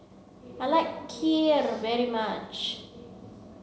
I like Kheer very much